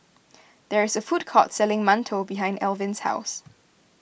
there is a food court selling Mantou behind Elvin's house